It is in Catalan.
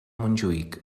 montjuïc